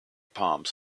palms